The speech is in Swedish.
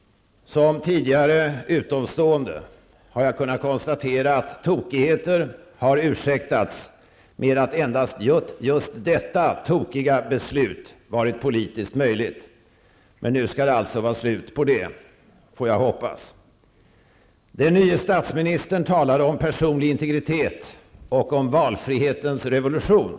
Såsom tidigare utomstående har jag kunnat konstatera att tokigheter har ursäktats med att endast just detta tokiga beslut varit politiskt möjligt, men nu skall det alltså vara slut på detta -- får jag hoppas. Den nye statsministern talade om personlig integritet och om valfrihetens revolution.